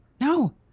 No